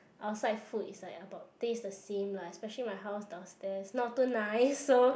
outside food is like about taste the same lah especially my house downstairs not too nice so